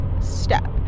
step